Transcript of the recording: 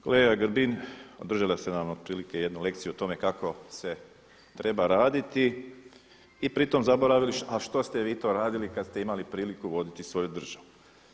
Kolega Grbin održali ste nam otprilike jednu lekciju o tome kako se treba raditi i pri tom zaboravili a što ste vi to radili kada ste imali priliku voditi svoju državu.